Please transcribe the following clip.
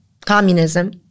communism